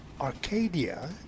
Arcadia